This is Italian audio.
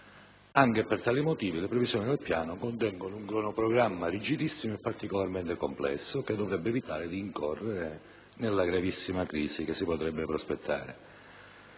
Anche per tale motivo le previsioni del piano contengono un cronoprogramma rigidissimo e particolarmente complesso che dovrebbe evitare di incorrere in una gravissima crisi. Se la Regione completasse